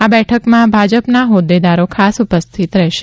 આ બેઠકમાં ભાજપના હોદેદારો ખાસ ઉપસ્થિત રહેશે